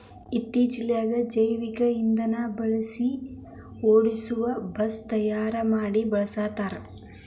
ಇತ್ತಿತ್ತಲಾಗ ಜೈವಿಕ ಇಂದನಾ ಬಳಸಿ ಓಡಸು ಬಸ್ ತಯಾರ ಮಡಿ ಬಳಸಾಕತ್ತಾರ